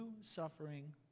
suffering